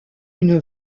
une